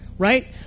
Right